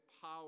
power